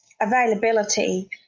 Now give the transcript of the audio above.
availability